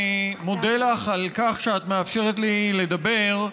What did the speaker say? אני מודה לך על שאת מאפשרת לי לדבר.